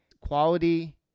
quality